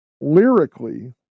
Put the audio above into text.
lyrically